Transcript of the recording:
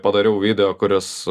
padariau video kuris